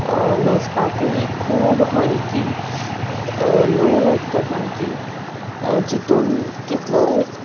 न्हेंसपाकूय खूब हलकी लो आसता सामकी जितून कितलोय